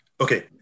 Okay